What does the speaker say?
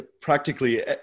practically